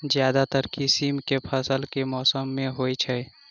ज्यादातर किसिम केँ फसल केँ मौसम मे होइत अछि?